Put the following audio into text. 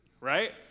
Right